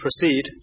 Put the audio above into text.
proceed